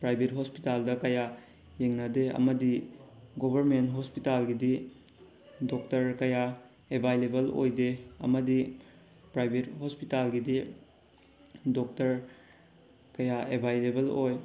private ꯍꯣꯁꯄꯤꯇꯥꯜꯗ ꯀꯌꯥ ꯌꯦꯡꯅꯗꯦ ꯑꯃꯗꯤ ꯒꯣꯕꯔꯃꯦꯟ ꯍꯣꯁꯄꯤꯇꯥꯜꯒꯤꯗꯤ ꯗꯣꯛꯇꯔ ꯀꯌꯥ ꯑꯦꯕꯥꯏꯂꯦꯕꯜ ꯑꯣꯏꯗꯦ ꯑꯃꯗꯤ ꯄ꯭ꯔꯥꯏꯕꯦꯠ ꯍꯣꯁꯄꯤꯇꯥꯜꯒꯤꯗꯤ ꯗꯣꯛꯇꯔ ꯀꯌꯥ ꯑꯦꯕꯥꯏꯂꯦꯕꯜ ꯑꯣꯏ